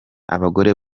abagore